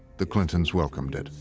the clintons welcomed it.